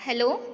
hello